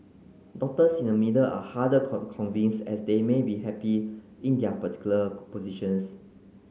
doctors in the middle are harder convince as they may be happy in their particular positions